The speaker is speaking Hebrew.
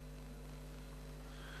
וזה